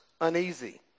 uneasy